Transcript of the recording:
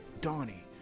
Donnie